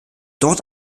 dort